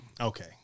Okay